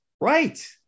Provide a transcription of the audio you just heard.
Right